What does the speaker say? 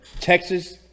Texas